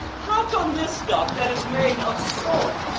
how come this stuff, that is made of soy,